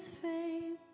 frame